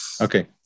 Okay